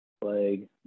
Plague